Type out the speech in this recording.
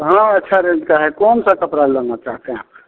हाँ अच्छी रेन्ज का है कौन सा कपड़ा लेना चाहते हैं आप